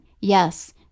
yes